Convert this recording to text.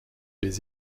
les